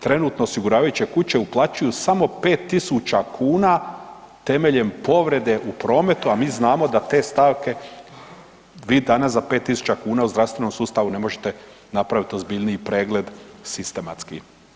Trenutno osiguravajuće kuće uplaćuju samo 5000 kn temeljem povrede u prometu a mi znamo da te stavke vi danas za 5000 kn u zdravstvenom sustavu ne možete ozbiljniji pregled sistematski.